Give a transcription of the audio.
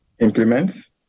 implements